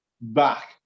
back